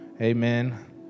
Amen